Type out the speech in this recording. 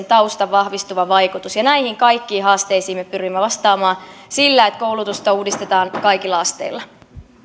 taustan vahvistuva vaikutus näihin kaikkiin haasteisiin me pyrimme vastaamaan sillä että koulutusta uudistetaan kaikilla asteilla